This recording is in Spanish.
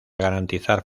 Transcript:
garantizar